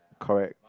correct